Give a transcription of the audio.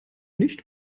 nicht